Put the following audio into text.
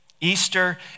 Easter